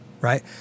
Right